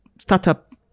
startup